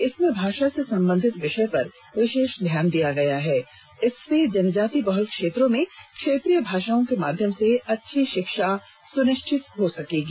इसमें भाषा से संबंधित विषय पर विशेष ध्यान दिया गया है इससे जनजाति बहुल क्षेत्रों में क्षेत्रीय भाषाओं के माध्यम से अच्छी शिक्षा सुनिश्चित हो सकेगी